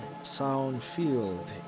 Soundfield